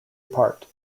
part